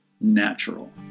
natural